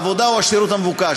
בעבודה או בשירות המבוקש,